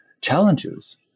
challenges